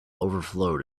overflowed